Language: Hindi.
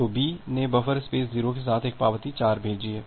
तो B ने बफर स्पेस 0 के साथ एक पावती 4 भेजी है